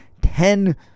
ten